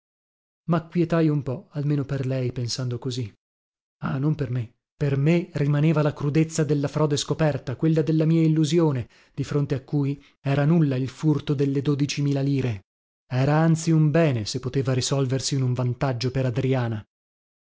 dote macquietai un po almeno per lei pensando così ah non per me per me rimaneva la crudezza della frode scoperta quella de la mia illusione di fronte a cui era nulla il furto delle dodici mila lire era anzi un bene se poteva risolversi in un vantaggio per adriana